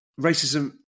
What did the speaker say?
Racism